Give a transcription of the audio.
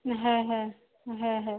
হ্যাঁ হ্যাঁ হ্যাঁ হ্যাঁ